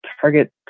target